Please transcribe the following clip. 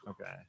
okay